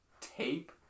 tape